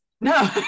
No